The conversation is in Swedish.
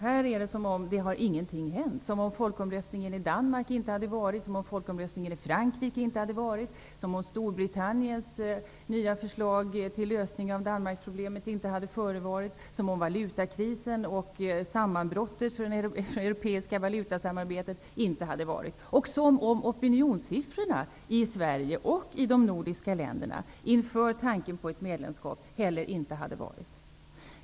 Här är det som om ännu ingenting hade hänt, som om folkomröstningen i Danmark och folkomröstningen i Frankrike inte hade ägt rum, som om Storbritanniens nya förslag till lösning av Danmarkproblemet inte hade förevarit, som om valutakrisen och sammanbrottet för det europeiska valutasamarbetet inte hade ägt rum, och som om opinionssiffrorna i Sverige och i de nordiska länderna inför tanken på ett medlemskap heller inte hade funnits.